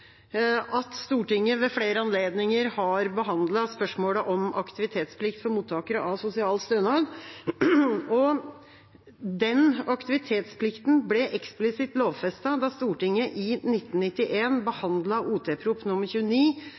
at Stortinget ved flere anledninger har behandlet spørsmålet om aktivitetsplikt for mottakere av sosial stønad. Den aktivitetsplikten ble eksplisitt lovfestet da Stortinget i 1991 behandlet Ot.prp. nr. 29